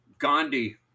Gandhi